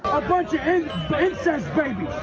bunch of incest babies.